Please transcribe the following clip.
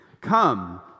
Come